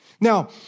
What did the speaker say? Now